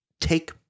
take